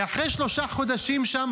ואחרי שלושה חודשים שם,